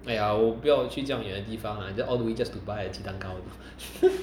哎呀我不要去这样远的地方 all the way just to buy a 鸡蛋糕